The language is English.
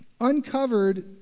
uncovered